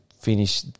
finish